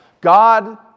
God